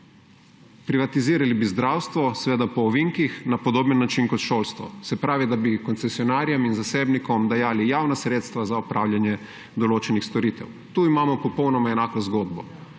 Privatizirali bi zdravstvo, seveda po ovinkih, na podoben način kot šolstvo. Se pravi, da bi koncesionarjem in zasebnikom dajali javna sredstva za opravljanje določenih storitev. Tu imamo popolnoma enako zgodbo.